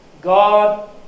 God